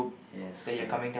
yes correct